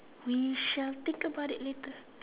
we shall think about it later